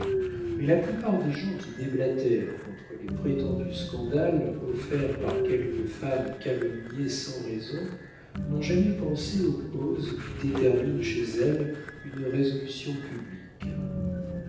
mais la plupart des gens qui déblatèrent contre les prétendus scandales offerts par quelques femmes calomniées sans raison n'ont jamais pensé aux causes qui déterminent chez elles une résolution publique